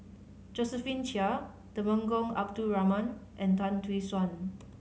Josephine Chia Temenggong Abdul Rahman and Tan Tee Suan